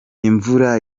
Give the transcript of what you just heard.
imvura